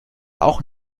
auch